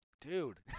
dude